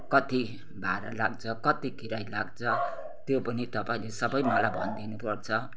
कति भाडा लाग्छ कति किराय लाग्छ त्यो पनि तपाईँले सबै मलाई भनिदिनुपर्छ